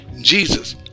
Jesus